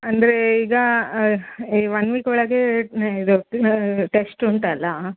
ಅಂದರೆ ಈಗ ಈ ಒನ್ ವೀಕ್ ಒಳಗೆ ಇದು ಟೆಶ್ಟ್ ಉಂಟಲ್ಲ